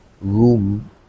room